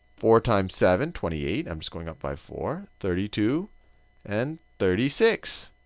four times seven, twenty eight. i'm just going up by four. thirty two and thirty six.